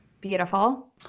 Beautiful